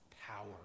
power